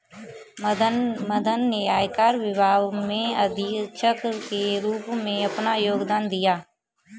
मदन ने आयकर विभाग में अधीक्षक के रूप में अपना योगदान दिया